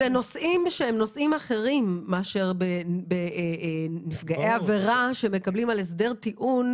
אלה נושאים אחרים מאשר נפגעי עבירה שמקבלים על הסדר טיעון,